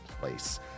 place